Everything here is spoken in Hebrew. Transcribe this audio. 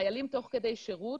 חיילים תוך כדי שירות,